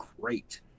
great